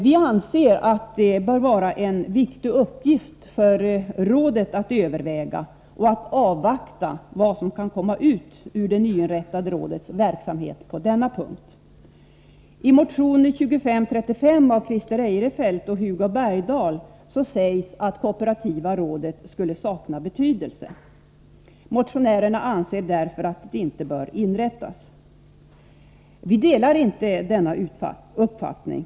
Vi anser att det bör vara en viktig uppgift att överväga och att avvakta vad som kan komma ut av det nyinrättade rådets verksamhet på denna punkt. I motion 2535 av Christer Eirefelt och Hugo Bergdahl sägs att kooperativa rådet skulle sakna betydelse. Motionärerna anser därför att det inte bör inrättas. Vi delar inte denna uppfattning.